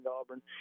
Auburn